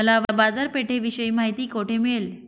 मला बाजारपेठेविषयी माहिती कोठे मिळेल?